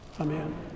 Amen